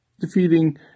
defeating